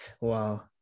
Wow